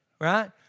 Right